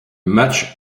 match